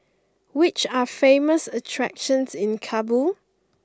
which are the famous attractions in Kabul